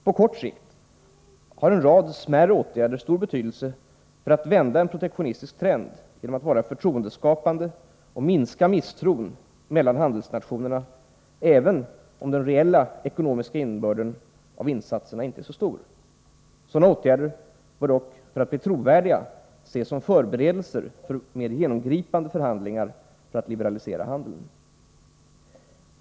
På kort sikt har en rad smärre åtgärder stor betydelse för att vända en protektionistisk trend genom att vara förtroendeskapande och minska misstron mellan handelsnationer, även om den reella ekonomiska innebörden av insatserna inte är stor. Sådana åtgärder bör dock för att bli trovärdiga ses som förberedelser för mer genomgripande förhandlingar för att liberalisera handeln.